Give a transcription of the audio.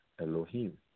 Elohim